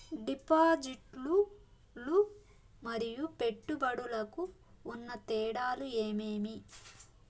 డిపాజిట్లు లు మరియు పెట్టుబడులకు ఉన్న తేడాలు ఏమేమీ?